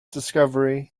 discovery